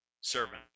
servant